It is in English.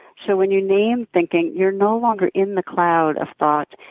so when you name thinking, you're no longer in the cloud of thought.